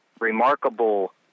remarkable